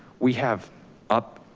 we have up,